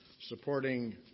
supporting